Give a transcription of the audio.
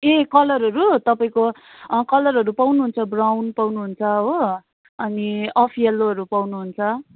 ए कलरहरू तपाईँको कलरहरू पाउनु हुन्छ ब्राउन पाउनु हुन्छ हो अनि अफ् येल्लोहरू पाउनु हुन्छ